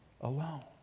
alone